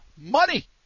money